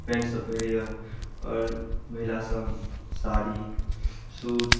पेन्टसभ पहरैए आओर महिलासभ साड़ी सूट